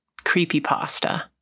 creepypasta